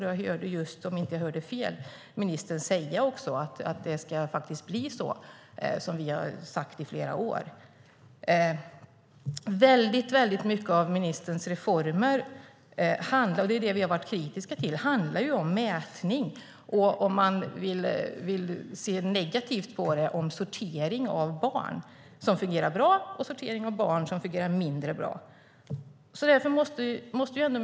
Dessutom hörde jag just - om jag inte hörde fel - ministern säga att det ska bli så som vi i flera år har föreslagit. Väldigt mycket av ministerns reformer handlar om mätning, och om man vill se negativt på det, om sortering av barn i sådana som fungerar bra och sådana som fungerar mindre bra. Det är det vi har varit kritiska mot.